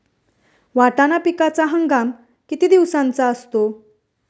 वाटाणा पिकाचा हंगाम किती दिवसांचा असतो?